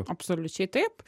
absoliučiai taip